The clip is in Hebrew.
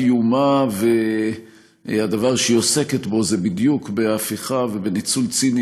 קיומה והדבר שהיא עוסקת בו זה בדיוק בהפיכה ובניצול ציני